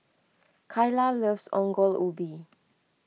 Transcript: Kaila loves Ongol Ubi